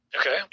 Okay